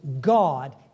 God